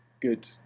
good